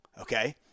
Okay